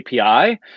API